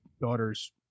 daughter's